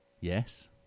Yes